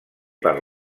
per